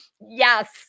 Yes